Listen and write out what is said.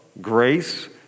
grace